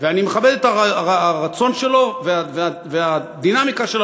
ואני מכבד את הרצון שלו והדינמיקה שלו